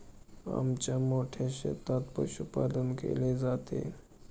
आमच्या मोठ्या शेतात पशुपालन केले जाते